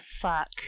fuck